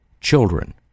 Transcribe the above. children